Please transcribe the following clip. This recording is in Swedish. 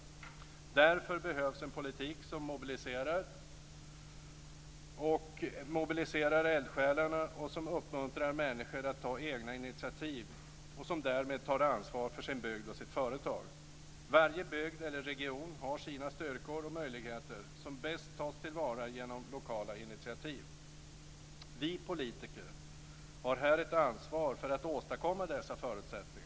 Därför behövs en politik som mobiliserar eldsjälarna och som uppmuntrar människor att ta egna initiativ och som därmed tar ansvar för sin bygd och sitt företag. Varje bygd eller region har sina styrkor och möjligheter som bäst tas till vara genom lokala initiativ. Vi politiker har här ett ansvar för att åstadkomma dessa förutsättningar.